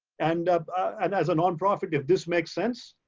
and um and as a nonprofit, if this makes sense,